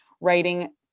writing